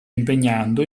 impegnando